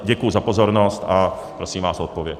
Děkuji za pozornost a prosím vás o odpověď.